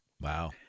Wow